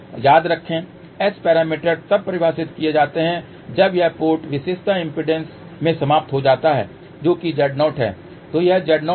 और याद रखें S पैरामीटर्स तब परिभाषित किए जाते हैं जब यह पोर्ट विशेषता इम्पीडेन्स में समाप्त हो जाता है जो कि Z0 है